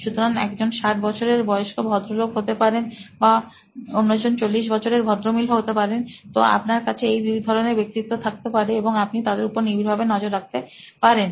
সুতরাং একজন ষাট বছরের বয়স্ক ভদ্রলোক হতে পারেন বা অন্যজন চল্লিশ বছরেরভদ্রমহিলা হতে পারেন তো আপনার কাছে এই দুই ধরনের ব্যক্তিত্ব থাকতে পারে এবং আপনি তাদের উপর নিবিড় ভাবে নজর রাখতে পারেন